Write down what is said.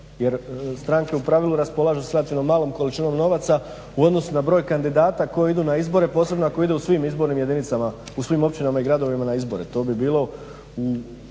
Jer stranke u pravilu raspolažu sa relativno malom količinom novaca u odnosu na broj kandidata koji idu na izbore, posebno ako idu u svim izbornim jedinicama, u svim općinama i gradovima na izbore,